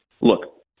look